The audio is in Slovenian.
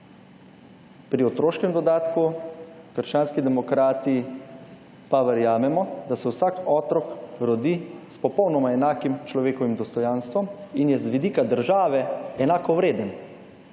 Pri otroškem dodatku krščanski demokrati pa verjamemo, da se vsak otrok rodi s popolnoma enakim človekovim dostojanstvom in je z vidika države enakovreden